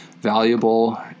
valuable